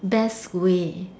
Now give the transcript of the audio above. best way